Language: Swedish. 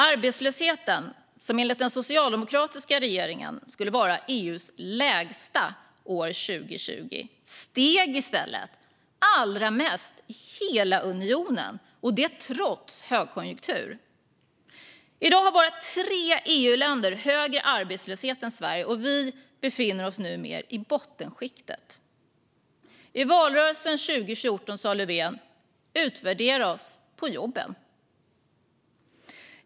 Arbetslösheten, som enligt den socialdemokratiska regeringen skulle vara EU:s lägsta år 2020, steg i stället allra mest i hela unionen, och det trots högkonjunktur. I dag har bara tre EU-länder högre arbetslöshet än Sverige, och vi befinner oss numera i bottenskiktet. I valrörelsen 2014 sa Löfven: Utvärdera oss på jobben!